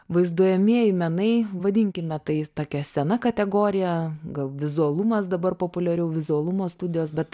vaizduojamieji menai vadinkime tai takia sena kategorija gal vizualumas dabar populiariau vizualumo studijos bet